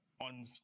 on